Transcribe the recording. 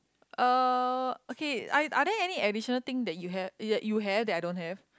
uh okay are are there any additional thing that you have that you have that I don't have